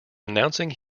announcing